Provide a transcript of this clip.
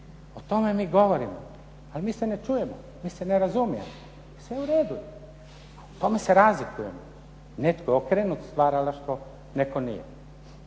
O tome mi govorimo. Ali mi se ne čujemo, mi se ne razumijemo. Sve je u redu, u tome se razlikujemo. Netko je okrenut stvaralaštvu, netko nije.